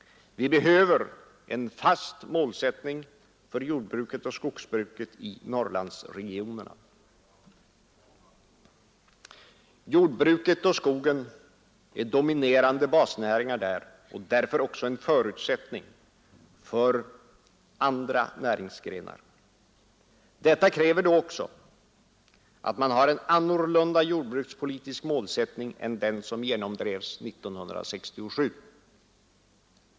Vi behöver en fast målsättning för jordbruket och skogsbruket i Norrlandsregionerna. Jordbruket och skogen är dominerande basnäringar där och därför en förutsättning för andra näringsgrenar. Detta kräver då också att man har en annorlunda jordbrukspolitisk målsättning än den som genomdrevs 1967.